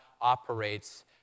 operates